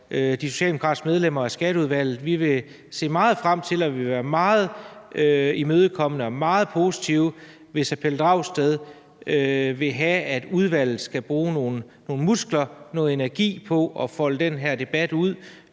de socialdemokratiske medlemmer af Skatteudvalget vil se meget frem til og vil være meget imødekommende og meget positive, hvis hr. Pelle Dragsted vil have, at udvalget skal bruge nogle muskler og noget energi på at folde den her debat ud